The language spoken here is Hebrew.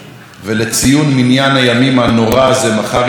ולציון מניין הימים הנורא הזה מחר יתכנסו,